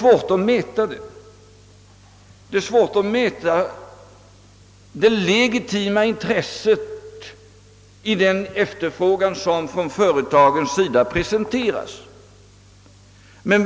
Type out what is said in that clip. Vilken måttstock skall vi använda för att mäta det legitima intresset i företagens efterfrågan?